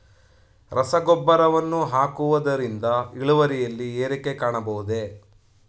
ರಸಗೊಬ್ಬರವನ್ನು ಹಾಕುವುದರಿಂದ ಇಳುವರಿಯಲ್ಲಿ ಏರಿಕೆ ಕಾಣಬಹುದೇ?